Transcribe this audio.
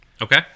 okay